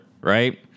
right